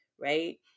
right